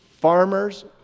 farmers